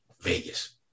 Vegas